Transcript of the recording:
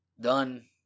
done